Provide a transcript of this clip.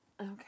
Okay